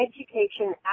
Education